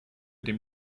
dem